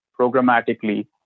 programmatically